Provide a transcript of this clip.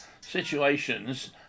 situations